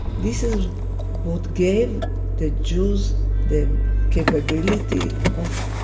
this is what gave the jews the capability of